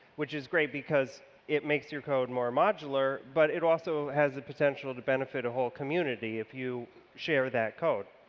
which is great because it makes your code more modular, but it also has a potential to benefit a whole community, if you share that code.